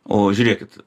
o žiūrėkit